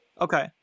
Okay